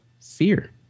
Fear